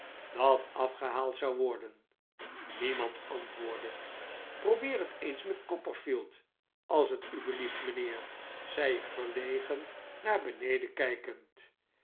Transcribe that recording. dat afgehaald zou worden niemand antwoordde probeer het eens met copperfield als het u belieft mijnheer zei ik verlegen naar beneden kijkend